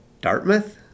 Dartmouth